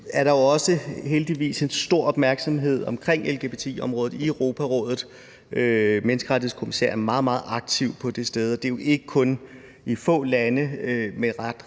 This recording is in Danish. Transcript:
er der jo også heldigvis stor opmærksomhed omkring lgbti-området i Europarådet. Menneskerettighedskommissæren er meget, meget aktiv på det sted, og det er jo ikke kun i få lande, men i ret